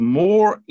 more